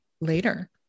later